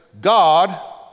God